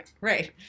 Right